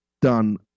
done